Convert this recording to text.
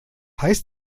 heißt